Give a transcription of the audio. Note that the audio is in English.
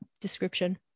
description